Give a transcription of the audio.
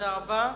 תודה רבה.